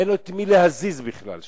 אין לו את מי להזיז בכלל שם.